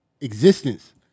existence